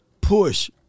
push